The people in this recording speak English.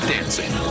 Dancing